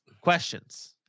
Questions